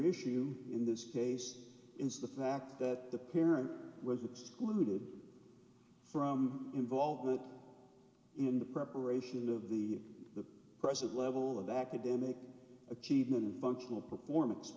issue in this case is the fact that the parent was excluded from involvement in the preparation of the the present level of academic achievement functional performance